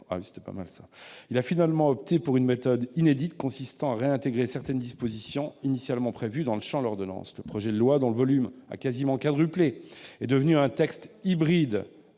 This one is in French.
Il a finalement opté pour une méthode inédite consistant à réintégrer certaines dispositions initialement prévues dans le champ de l'ordonnance. Le projet de loi, dont le volume a quasiment quadruplé, est devenu un texte hybride,